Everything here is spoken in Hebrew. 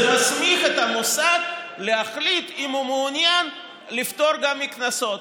זה מסמיך את המוסד להחליט אם הוא מעוניין לפטור גם מקנסות.